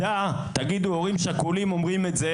תגידו שכשהורים שכולים אומרים את זה